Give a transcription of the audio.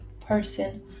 person